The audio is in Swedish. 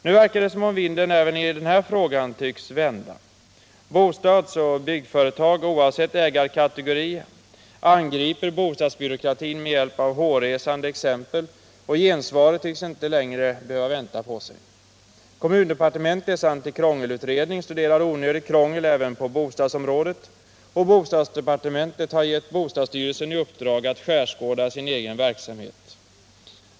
Nu verkar det som om vinden även i denna fråga tycks vända. Bostadsoch byggföretag oavsett ägarkategori angriper bostadsbyråkratin med hjälp av hårresande exempel, och gensvaret tycks inte längre dröja. Kommundepartementets antikrångelutredning studerar onödigt krångel även på bostadsområdet, och bostadsdepartementet har gett bostadsstyrelsen i uppdrag att skärskåda sin egen verksamhet.